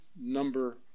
number